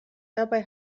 dabei